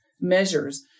measures